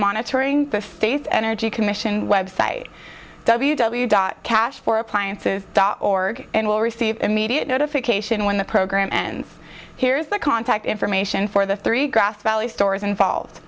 monitoring the face energy commission website w w dot cash for appliances dot org and will receive immediate notification when the program ends here's the contact information for the three grass valley stores involved